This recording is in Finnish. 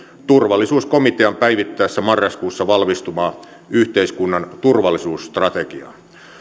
turvallisuuskomitean päivittäessä marraskuussa valmistuvaa yhteiskunnan turvallisuusstrategiaa